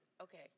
Okay